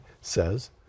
says